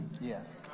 Yes